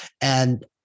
And-